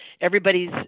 Everybody's